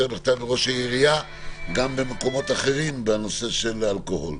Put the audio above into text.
בכתב מראש העירייה" גם במקומות אחרים בנושא של אלכוהול?